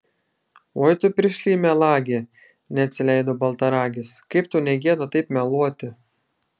oi tu piršly melagi neatsileido baltaragis kaip tau ne gėda taip meluoti